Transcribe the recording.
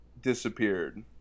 disappeared